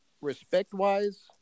respect-wise